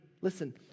listen